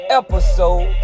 episode